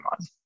on